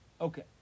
Okay